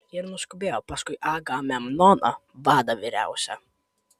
ir nuskubėjo paskui agamemnoną vadą vyriausią